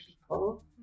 people